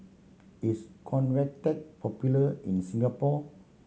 is Convatec popular in Singapore